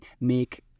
make